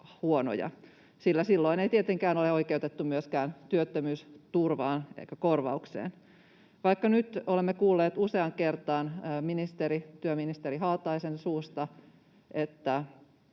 sillä silloin ei tietenkään ole oikeutettu myöskään työttömyysturvaan eikä ‑korvaukseen. Vaikka nyt olemme kuulleet useaan kertaan työministeri Haataisen suusta, että